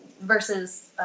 versus